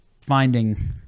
finding